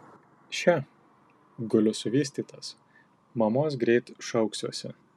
še guliu suvystytas mamos greit šauksiuosi